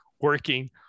working